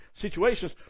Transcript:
situations